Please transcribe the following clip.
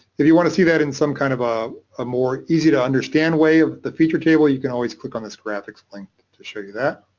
if you want to see that in some kind of a ah more easy-to-understand way than the feature table, you can always click on this graphics link to show you that,